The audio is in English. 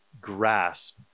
grasp